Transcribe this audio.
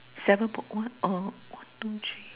seven book what uh one two three